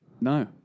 No